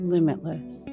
Limitless